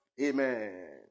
Amen